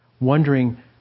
wondering